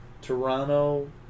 Toronto